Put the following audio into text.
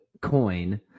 coin –